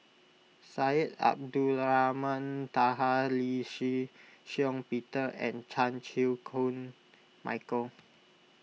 Syed Abdulrahman Taha Lee Shih Shiong Peter and Chan Chew Koon Michael